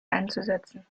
einzusetzen